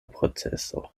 proceso